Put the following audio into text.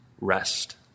rest